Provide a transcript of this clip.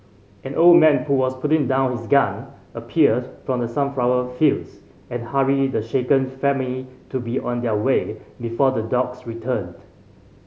an old man who was putting down his gun appeared from the sunflower fields and hurried the shaken family to be on their way before the dogs return